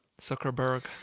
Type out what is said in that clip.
Zuckerberg